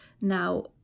now